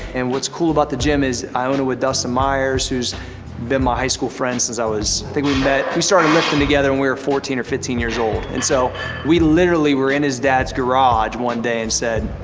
and what's cool about the gym is i own it with dustin myers, who's been my high school friend since i was i think we met we started lifting together when and we were fourteen or fifteen years old. and so we literally were in his dad's garage one day and said,